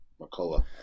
McCullough